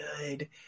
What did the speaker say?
good